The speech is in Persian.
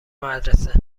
مدرسه